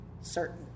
certain